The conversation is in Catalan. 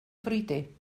fruiter